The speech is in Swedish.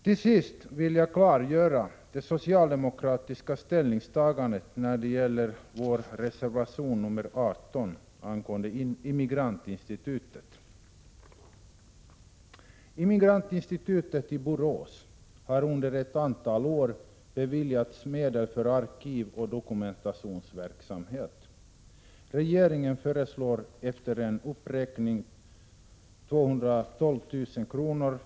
Till sist vill jag klargöra det socialdemokratiska ställningstagandet när det gäller vår reservation 18 angående Immigrantinstitutet. Immigrantinstitutet i Borås har under ett antal år beviljats medel för arkivoch dokumentationsverksamhet. Regeringen föreslår, efter en viss uppräkning, 212 000 kr.